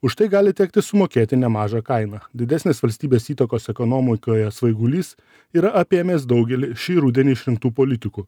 už tai gali tekti sumokėti nemažą kainą didesnės valstybės įtakos ekonomokoje svaigulys yra apėmęs daugelį šį rudenį išrinktų politikų